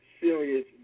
serious